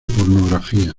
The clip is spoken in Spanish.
pornografía